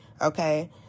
Okay